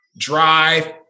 drive